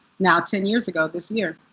now ten years ago, this year.